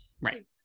right